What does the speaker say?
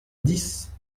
dix